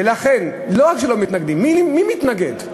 ולכן, לא רק שלא מתנגדים, מי מתנגד?